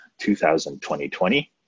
2020